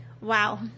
Wow